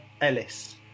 Ellis